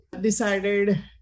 decided